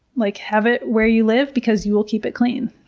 like, have it where you live because you will keep it clean.